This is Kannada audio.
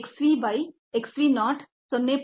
xv by xv not 0